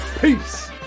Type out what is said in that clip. peace